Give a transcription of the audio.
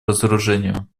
разоружению